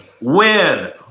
Win